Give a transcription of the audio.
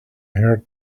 heard